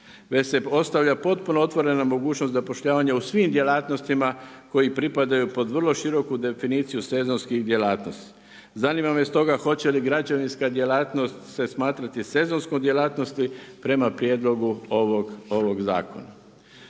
se postavlja potpuno otvorena mogućnost zapošljavanja u svim djelatnostima koji pripadaju pod vrlo široku definiciju sezonski djelatnosti. Zanima me s toga, hoće li građanska djelatnost se smatrati sezonskom djelatnosti prema prijedlogu ovog zakona.